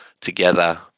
together